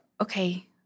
okay